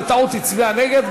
בטעות הצביע נגד,